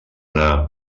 anna